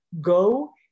go